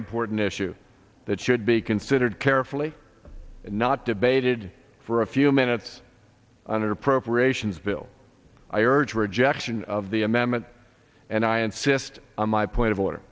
important issue that should be considered carefully and not debated for a few minutes on an appropriations bill i urge rejection of the amendment and i insist on my point of order